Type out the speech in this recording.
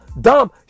dumb